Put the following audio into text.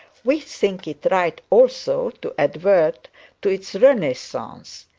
we think it right also to advert to its renaissance.